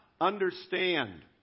Understand